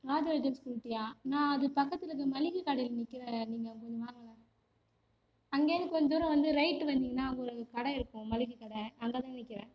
நாஜவைத்தியம் ஸ்கூல்கிட்டயா நான் அதுப் பக்கத்தில் இருக்க மளிகை கடையில் நிற்கிறேன் நீங்கள் கொஞ்சம் வாங்களேன் அங்கேந்து கொஞ்ச தூரம் வந்து ரைட்டு வந்தீங்கன்னால் அங்கே ஒரு கடை இருக்கும் மளிகை கடை அங்கே தான் நிற்கிறேன்